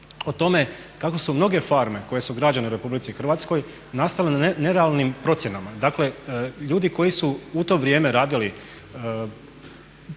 o tome kako su mnoge farme koje su građene u RH nastale na nerealnim procjenama. Dakle, ljudi koji su u to vrijeme radili